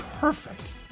perfect